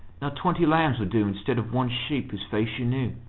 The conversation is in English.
not twenty lambs would do instead of one sheep whose face you knew.